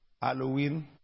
Halloween